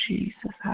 Jesus